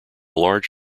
large